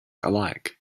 alike